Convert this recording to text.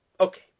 Okay